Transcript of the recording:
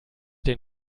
den